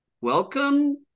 welcome